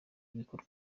igikoni